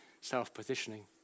self-positioning